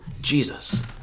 Jesus